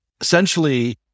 essentially